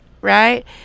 right